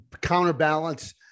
counterbalance